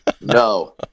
No